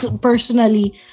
personally